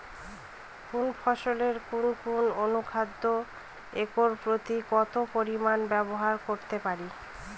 কোন ফসলে কোন কোন অনুখাদ্য একর প্রতি কত পরিমান ব্যবহার করতে পারি?